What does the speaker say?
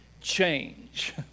change